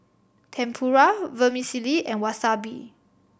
Tempura Vermicelli and Wasabi